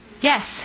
Yes